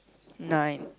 nine